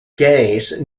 case